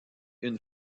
une